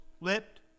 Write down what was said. lipped